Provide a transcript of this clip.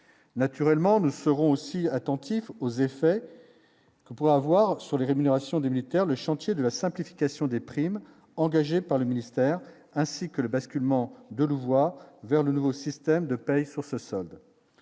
naturellement nous ferons aussi attentif aux effets que pourrait avoir sur les rémunérations des militaires, le chantier de la simplification des primes engagée par le ministère, ainsi que le basculement de Louvois vers le nouveau système de paye enfin